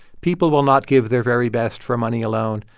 people will not give their very best for money alone.